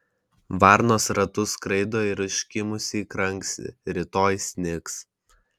varnos ratu skraido ir užkimusiai kranksi rytoj snigs